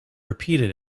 repeated